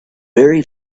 very